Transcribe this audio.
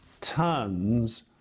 tons